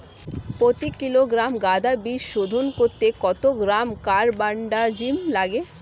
প্রতি কিলোগ্রাম গাঁদা বীজ শোধন করতে কত গ্রাম কারবানডাজিম লাগে?